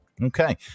Okay